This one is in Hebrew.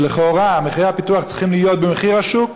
שלכאורה מחירי הפיתוח צריכים להיות במחיר השוק.